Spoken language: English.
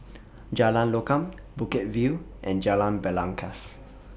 Jalan Lokam Bukit View and Jalan Belangkas